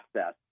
access